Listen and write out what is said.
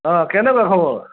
অঁ কেনেকুৱা খবৰ